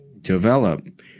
develop